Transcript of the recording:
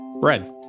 bread